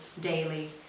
daily